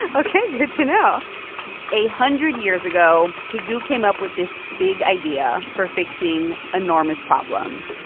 ah ok, good to know a hundred years ago, pigou came up with this big idea for fixing enormous problems.